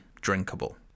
drinkable